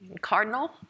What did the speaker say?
cardinal